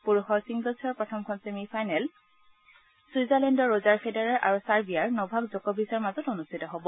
পুৰুষৰ ছিংগল্ছৰ প্ৰথমখন ছেমি ফাইনেল ছুইজাৰলেণ্ডৰ ৰ'জাৰ ফেডেৰাৰ আৰু চাৰ্বিয়াৰ নভাক জ'ক ভিছৰ মাজত অনুষ্ঠিত হ'ব